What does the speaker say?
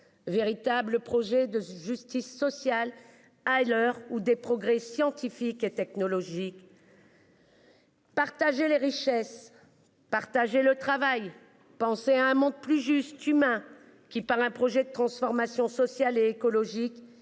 véritable projet de justice sociale. À l'heure où des progrès scientifiques et technologiques. Partager les richesses partager le travail. Penser à un monde plus juste humain qui parle. Un projet de transformation sociale et écologique